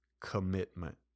commitment